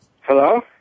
Hello